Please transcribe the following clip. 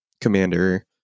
commander